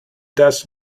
does